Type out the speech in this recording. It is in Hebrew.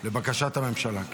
לבקשת הממשלה.